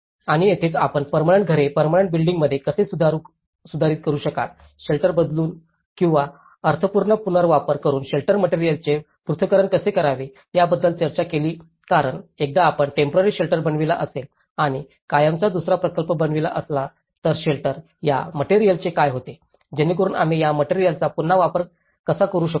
आणि येथेच आपण पर्मनंट घरे पर्मनंट बिल्डींग्संमध्ये कसे सुधारित करू शकाल शेल्टर बदलू किंवा अर्थपूर्ण पुनर्वापर करून शेल्टर मटेरिअल्सचे पृथक्करण कसे करावे याबद्दल चर्चा केली कारण एकदा आपण टेम्पोरारी शेल्टर बनविला असेल आणि कायमचा दुसरा प्रकल्प बनवित असाल तर शेल्टर या मटेरिअल्सचे काय होते जेणेकरुन आम्ही या मटेरिअल्सचा पुन्हा वापर कसा करू शकतो